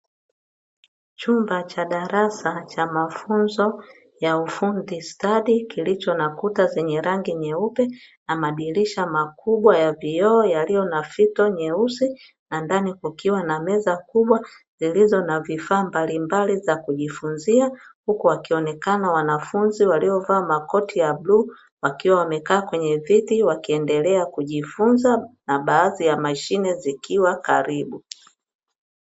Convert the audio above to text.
Chumba cha darasa cha mafunzo ya ufundi stadi kilicho na kuta zenye rangi nyeupe na madirisha makubwa ya vioo yaliyo na fito nyeusi, na ndani kukiwa na meza kubwa zilizo na vifaa mbalimbali za kujifunzia huku wakionekana wanafunzi waliovaa makoti ya bluu, wakiwa wamekaa kwenye viti wakiendelea kujifunza na baadhi ya mashine zikiwa karibu.